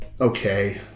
okay